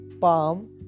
palm